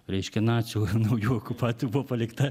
reiškia nacių naujokų pati buvo palikta